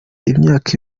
imyaka